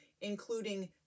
including